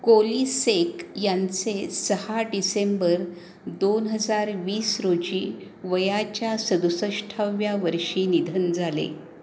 कोलिसेक यांचे सहा डिसेंबर दोन हजार वीस रोजी वयाच्या सदुसष्टाव्या वर्षी निधन झाले